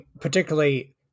particularly